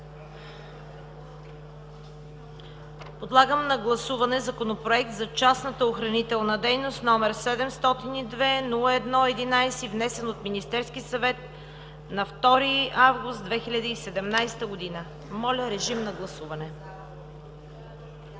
Подлагам на гласуване Законопроект за частната охранителна дейност № 702-01-11, внесен от Министерския съвет на 2 август 2017 г. Гласували